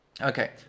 Okay